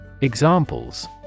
Examples